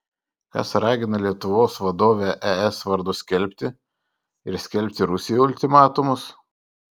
kas ragina lietuvos vadovę es vardu skelbti ir skelbti rusijai ultimatumus